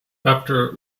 after